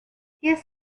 yes